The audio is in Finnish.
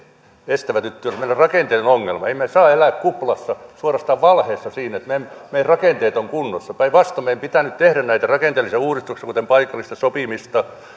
estävät nyt työllistymistä siis meillä on rakenteellinen ongelma emme me saa elää kuplassa suorastaan valheessa että meidän meidän rakenteet ovat kunnossa päinvastoin meidän pitää nyt tehdä näitä rakenteellisia uudistuksia kuten paikallista sopimista